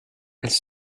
elles